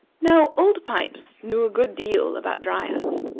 now, old pipes knew a good deal about dryads,